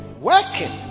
working